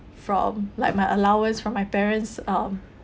from like my allowance from my parents um